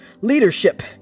leadership